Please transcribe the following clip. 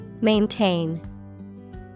Maintain